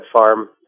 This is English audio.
farm